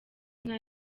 inka